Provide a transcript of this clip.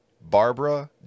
Barbara